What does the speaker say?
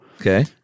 Okay